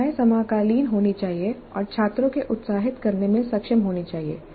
समस्याएं समकालीन होनी चाहिए और छात्रों को उत्साहित करने में सक्षम होनी चाहिए